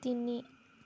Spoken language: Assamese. তিনি